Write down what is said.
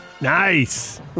Nice